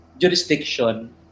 jurisdiction